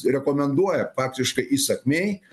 rekomenduoja praktiškai įsakmiai